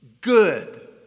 good